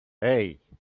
hey